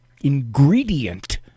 ingredient